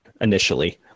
initially